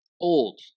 old